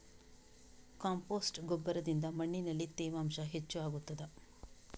Compost ಗೊಬ್ಬರದಿಂದ ಮಣ್ಣಿನಲ್ಲಿ ತೇವಾಂಶ ಹೆಚ್ಚು ಆಗುತ್ತದಾ?